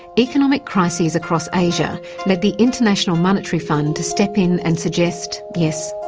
economic crises across asia led the international monetary fund to step in and suggest, yes,